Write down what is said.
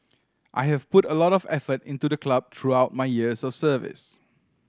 I have put a lot of effort into the club throughout my years of service